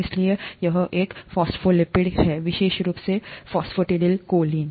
इसलिए यह एक फॉस्फोलिपिड है विशेष रूप से फॉस्फेटिडिल कोलीन